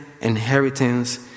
inheritance